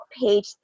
page